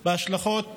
עם השלכות המלחמה.